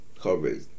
coverage